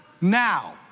now